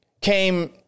came